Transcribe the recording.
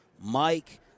Mike